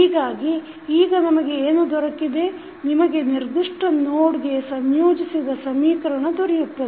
ಹೀಗಾಗಿ ಈಗ ನಿಮಗೆ ಏನು ದೊರಕಿದೆ ನಿಮಗೆ ನಿರ್ದಿಷ್ಟ ನೋಡ್ಗೆ ಸಂಯೋಜಿಸಿದ ಸಮೀಕರಣ ದೊರೆಯುತ್ತದೆ